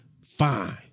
Fine